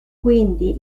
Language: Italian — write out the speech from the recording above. quindi